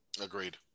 Agreed